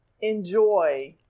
enjoy